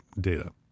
data